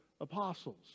apostles